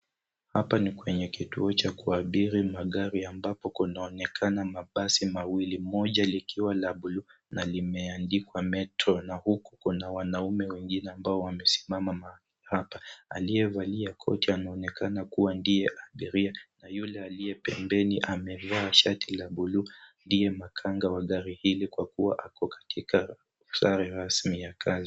Hapa ni kwenye kituo cha kuabiri magari ambapo kunaonekana mabasi mawili moja likiwa la bluu na imeandikwa Metro na huku kuna wanaume wengine ambao wamesimama mahali hapa. Aliyevalia koti anaonekana kuwa ndiye abiria na yule aliye pembeni amevaa shati la bluu ndiye makanga wa gari hili kwa kuwa ako katika sare rasmi ya kazi.